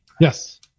Yes